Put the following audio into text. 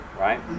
right